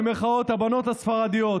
במירכאות, "הבנות הספרדיות".